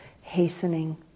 hastening